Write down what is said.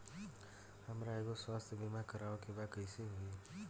हमरा एगो स्वास्थ्य बीमा करवाए के बा कइसे होई?